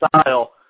style